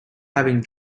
having